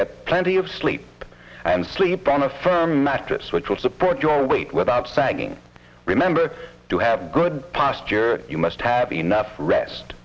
get plenty of sleep and sleep on a firm mattress which will support your weight without sagging remember to have good posture you must have enough rest